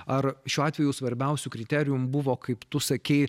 ar šiuo atveju svarbiausiu kriterijum buvo kaip tu sakei